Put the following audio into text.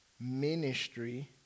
ministry